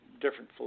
different